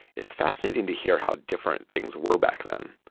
it's fascinating to hear how different things were back then.